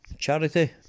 charity